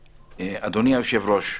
אדוני היושב ראש,